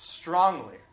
strongly